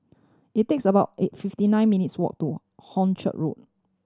it takes about eight fifty nine minutes' walk to Hornchurch Road